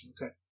Okay